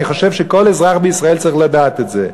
אני חושב שכל אזרח בישראל צריך לדעת את זה.